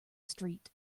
street